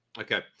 Okay